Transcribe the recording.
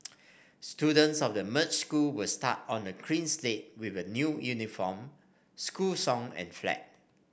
students of the merged school will start on a clean slate with a new uniform school song and flag